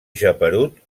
geperut